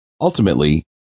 Ultimately